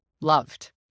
loved